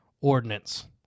ordinance